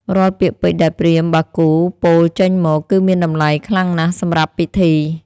រាល់ពាក្យពេចន៍ដែលព្រាហ្មណ៍បាគូពោលចេញមក គឺមានតម្លៃខ្លាំងណាស់សម្រាប់ពីធី។